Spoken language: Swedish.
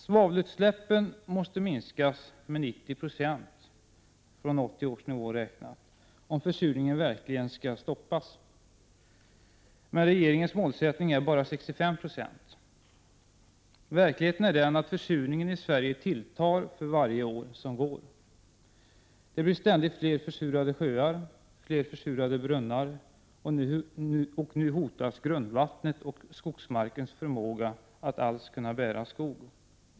Svavelutsläppen måste minskas med 90 96 räknat från 1980 års nivå om försurningen verkligen skall stoppas. Regeringens målsättning är bara 65 9. Verkligheten är den att försurningen i Sverige tilltar för varje år som går. Det blir ständigt fler försurade sjöar och fler försurade brunnar, och nu hotas grundvattnet och skogsmarkens förmåga att alls kunna bära skog.